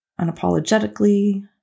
unapologetically